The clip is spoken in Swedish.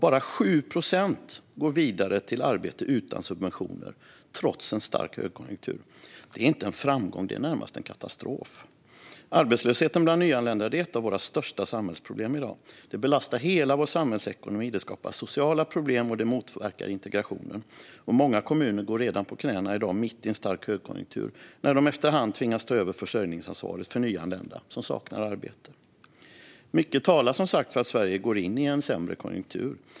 Bara 7 procent går vidare till arbete utan subventioner, trots en stark högkonjunktur. Det är inte en framgång. Det är närmast en katastrof. Arbetslösheten bland nyanlända är ett av våra största samhällsproblem i dag. Det belastar hela vår samhällsekonomi. Det skapar sociala problem, och det motverkar integrationen. Många kommuner går på knäna redan i dag, mitt i en stark högkonjunktur, när de efter hand tvingas ta över försörjningsansvaret för nyanlända som saknar arbete. Mycket talar som sagt för att Sverige går in i en sämre konjunktur.